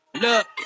Look